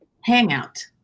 hangout